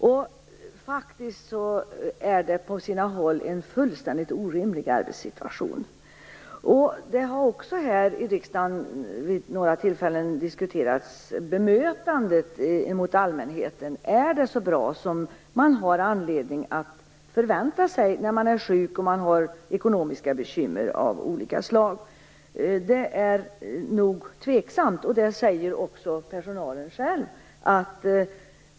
På sina håll är det faktiskt en fullständigt orimlig arbetssituation. Vid några tillfällen har också bemötandet av allmänheten diskuterats här i riksdagen. Är det så bra som man har anledning att förvänta sig när man är sjuk och har ekonomiska bekymmer av olika slag? Det är nog tveksamt. Det säger också personalen själva.